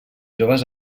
joves